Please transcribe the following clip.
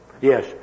Yes